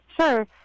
Sure